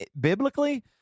biblically